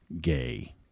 gay